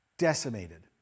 decimated